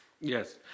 Yes